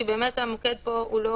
כי המוקד פה הוא לא